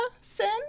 Sin